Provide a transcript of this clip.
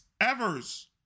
Evers